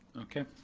okay,